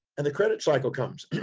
and the credit cycle comes.